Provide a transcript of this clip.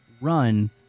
run